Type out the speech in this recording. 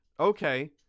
Okay